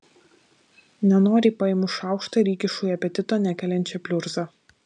nenoriai paimu šaukštą ir įkišu į apetito nekeliančią pliurzą